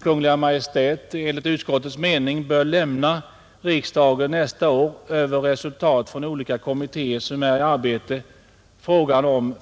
Kungl. Maj:t enligt utskottets mening bör lämna riksdagen nästa år över resultatet från olika kommittéer som är i arbete.